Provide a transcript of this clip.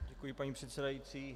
Děkuji, paní předsedající.